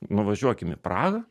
nuvažiuokim į prahą